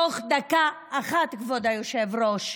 תוך דקה אחת, כבוד היושב-ראש,